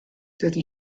dydy